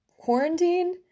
quarantine